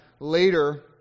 later